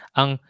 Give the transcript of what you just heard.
ang